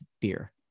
beer